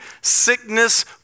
sickness